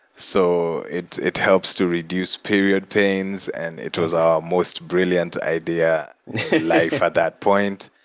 so it it helps to reduce period pains and it was our most brilliant idea life at that point,